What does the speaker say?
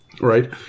Right